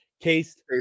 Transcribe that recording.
Case